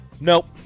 Nope